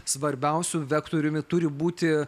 svarbiausiu vektoriumi turi būti